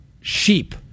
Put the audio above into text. sheep